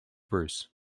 bruce